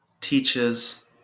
teaches